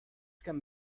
can